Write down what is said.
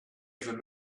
them